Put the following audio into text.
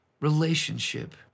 relationship